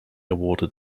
awarded